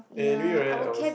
they knew it right I was